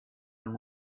and